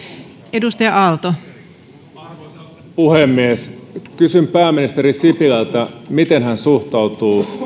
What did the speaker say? arvoisa puhemies kysyn pääministeri sipilältä miten hän suhtautuu